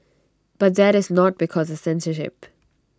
but that is not because of censorship